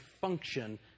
function